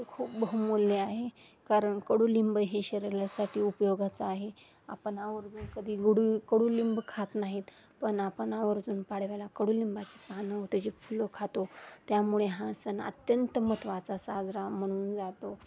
ते खूप बहुमूल्य आहे कारण कडुलिंब हे शरीरासाठी उपयोगाचं आहे आपण आवर्जून कधी गुडू कडुलिंब खात नाहीत पण आपण आवर्जून पाडव्याला कडुलिंबाची पानं त्याची फुलं खातो त्यामुळे हा सण अत्यंत महत्त्वाचा साजरा म्हणून जातो